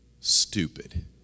stupid